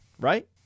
right